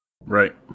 Right